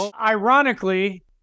ironically